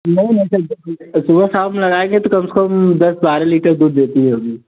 नहीं नहीं कल से सुबह शाम लगाएँगे तो कम से कम दस बारह लीटर दूध देती होगी